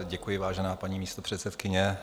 Děkuji, vážená paní místopředsedkyně.